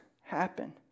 happen